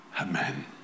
Amen